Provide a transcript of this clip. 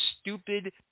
stupid